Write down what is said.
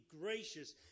gracious